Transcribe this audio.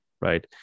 Right